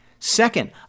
Second